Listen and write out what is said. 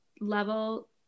level